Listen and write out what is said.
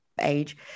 age